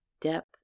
depth